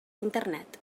internet